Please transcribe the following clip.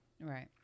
Right